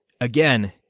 Again